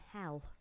hell